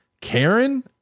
Karen